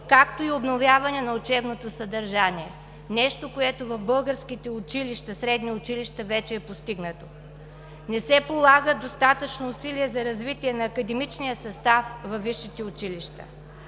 както и обновяване на учебното съдържание. Нещо, което в българските средни училища, вече е постигнато. Не се полагат достатъчно усилия за развитие на академичния състав във висшите училища.